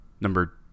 number